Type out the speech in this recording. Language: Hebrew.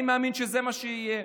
אני מאמין שזה מה שיהיה.